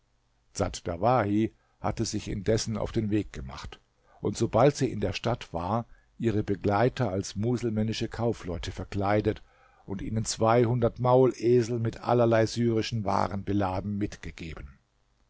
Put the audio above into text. dsat dawahi hatte sich indessen auf den weg gemacht und sobald sie in der stadt war ihre begleiter als muselmännische kaufleute verkleidet und ihnen zweihundert maulesel mit allerlei syrischen waren beladen mitgegeben